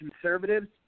conservatives